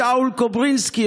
לשאול קוברינסקי,